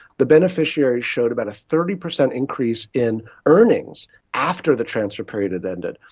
the beneficiaries showed about a thirty percent increase in earnings after the transfer period had ended.